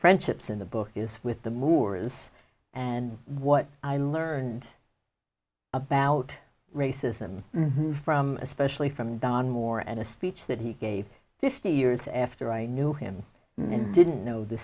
friendships in the book is with the moorings and what i learned about racism from especially from don moore and a speech that he gave fifty years after i knew him and didn't know the